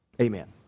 Amen